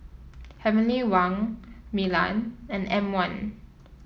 Heavenly Wang Milan and M one